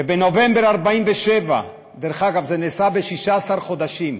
ובנובמבר 1947, דרך אגב, זה נעשה ב-16 חודשים,